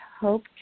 hope